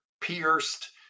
pierced